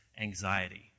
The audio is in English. anxiety